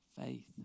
faith